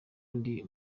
ndi